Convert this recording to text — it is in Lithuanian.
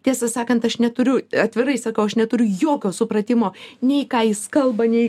tiesą sakant aš neturiu atvirai sakau aš neturiu jokio supratimo nei ką jis kalba nei